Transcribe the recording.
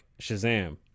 Shazam